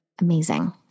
Amazing